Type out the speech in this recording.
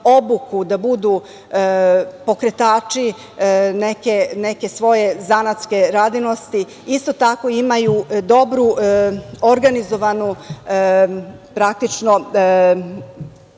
da budu pokretači neke svoje zanatske radinosti, imaju svoju dobru organizovanu, praktično